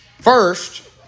First